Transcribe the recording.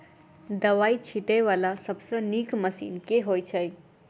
दवाई छीटै वला सबसँ नीक मशीन केँ होइ छै?